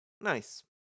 Nice